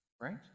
right